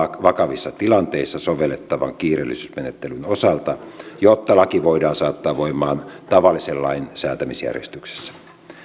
vakavissa tilanteissa sovellettavan kiireellisyysmenettelyn osalta jotta laki voidaan saattaa voimaan tavallisen lain säätämisjärjestyksessä